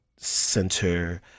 Center